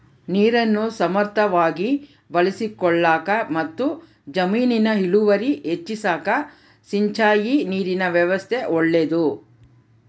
ನೀರನ್ನು ಸಮರ್ಥವಾಗಿ ಬಳಸಿಕೊಳ್ಳಾಕಮತ್ತು ಜಮೀನಿನ ಇಳುವರಿ ಹೆಚ್ಚಿಸಾಕ ಸಿಂಚಾಯಿ ನೀರಿನ ವ್ಯವಸ್ಥಾ ಒಳ್ಳೇದು